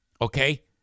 Okay